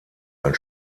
ein